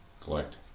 collect